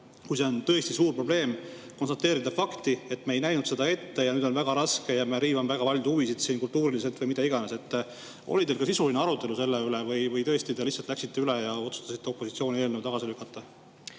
kui see on tõesti suur probleem, [peame] konstateerima fakti, et me ei näinud seda ette, nüüd on väga raske ja me riivame väga paljude huvisid siin kultuuriliselt või mida iganes. Kas teil oli ka sisuline arutelu selle üle või te tõesti lihtsalt läksite üle ja otsustasite opositsiooni eelnõu tagasi lükata?